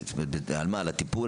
לטיפול,